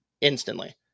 instantly